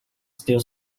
still